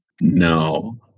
No